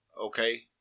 Okay